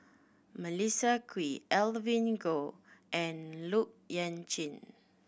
Melissa Kwee Evelyn Goh and Look Yan cheng